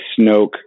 snoke